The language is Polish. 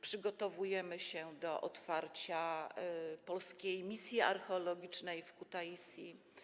Przygotowujemy się do otwarcia Polskiej Misji Archeologicznej w Kutaisi.